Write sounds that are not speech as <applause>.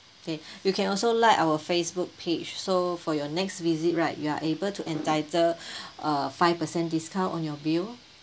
okay you can also like our Facebook page so for your next visit right you are able to entitled <breath> a five percent discount on your bill